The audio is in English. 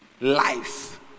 life